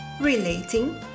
relating